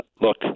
Look